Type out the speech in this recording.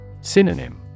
Synonym